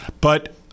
But-